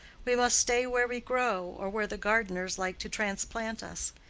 we must stay where we grow, or where the gardeners like to transplant us.